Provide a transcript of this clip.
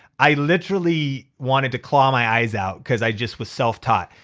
i literally wanted to claw my eyes out cause i just was self-taught.